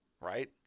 right